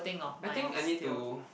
I think I need to